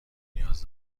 نیاز